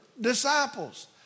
disciples